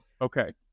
Okay